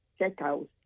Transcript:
checkout